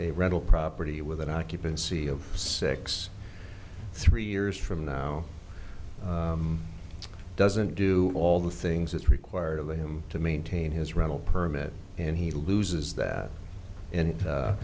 a rental property with an occupancy of six three years from now doesn't do all the things that require them to maintain his rental permit and he loses that and